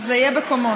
זה יהיה בקומות.